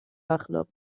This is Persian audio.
اخلاق